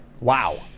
wow